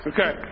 Okay